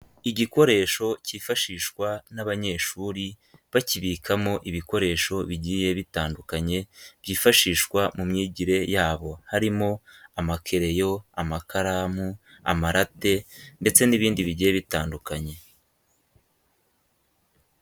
Igikoresho cyifashishwa n'abanyeshuri bakibikamo ibikoresho bigiye bitandukanye byifashishwa mu myigire yabo, harimo: amakereyo, amakaramu, amarate ndetse n'ibindi bigiye bitandukanye.